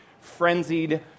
frenzied